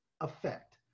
effect